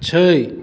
छै